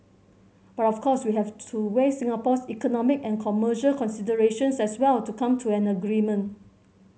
but of course we have to weigh Singapore's economic and commercial considerations as well to come to an agreement